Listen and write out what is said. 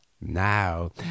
Now